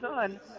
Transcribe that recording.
son